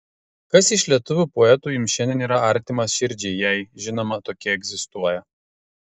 kas iš lietuvių poetų jums šiandien yra artimas širdžiai jei žinoma tokie egzistuoja